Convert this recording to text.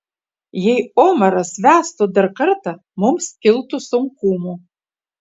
jei omaras vestų dar kartą mums kiltų sunkumų